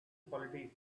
politician